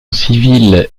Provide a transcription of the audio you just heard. civile